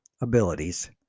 abilities